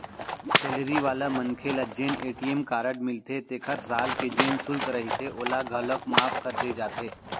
salary वाला मनखे ल जेन ए.टी.एम कारड मिलथे तेखर साल के जेन सुल्क रहिथे ओला घलौक माफ कर दे जाथे